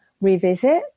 revisit